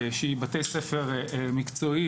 שהיא בתי ספר מקצועיים